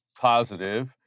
positive